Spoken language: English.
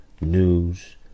news